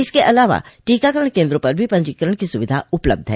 इसके अलावा टीकाकरण केन्द्रों पर भी पंजीकरण की सुविधा उपलब्ध है